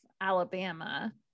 Alabama